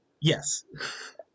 Yes